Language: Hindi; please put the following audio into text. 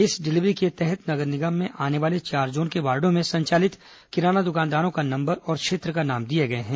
इस डिलीवरी के तहत नगर निगम में आने वाले चार जोन के वार्डो में संचालित किराना दुकानदारों का नंबर और क्षेत्र का नाम दिए गए हैं